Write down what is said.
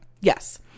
Yes